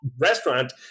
restaurant